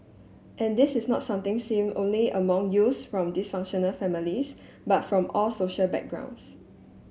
and this is not something seen only among youth from dysfunctional families but from all social backgrounds